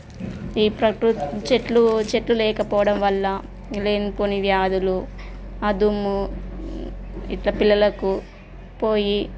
ఈ ప్రకృతి చెట్లు చెట్లు లేకపోవడం వల్ల లేనిపోని వ్యాధులు ఆ దుమ్ము ఇట్ల పిల్లలకు పోయి